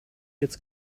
jetzt